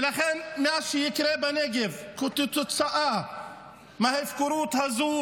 ולכן, מה שיקרה בנגב כתוצאה מההפקרות הזו